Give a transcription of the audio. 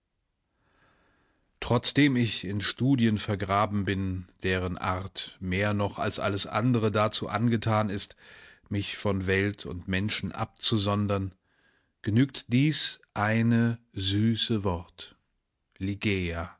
trotzdem ich in studien vergraben bin deren art mehr noch als alles andre dazu angetan ist mich von welt und menschen abzusondern genügt dies eine süße wort ligeia